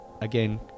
again